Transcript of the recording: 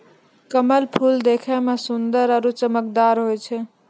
कमल फूल देखै मे सुन्दर आरु चमकदार होय छै